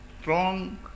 strong